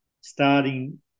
starting